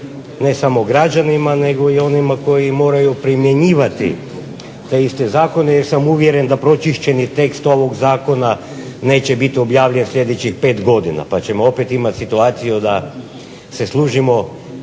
ne samo građanima nego i onima koji moraju primjenjivati te iste zakone jer sam uvjeren da pročišćeni tekst ovog zakona neće biti objavljen sljedećih 5 godina pa ćemo opet imati situaciju da se služimo